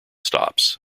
stops